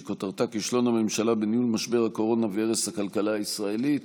שכותרתה: כישלון הממשלה בניהול משבר הקורונה והרס הכלכלה הישראלית,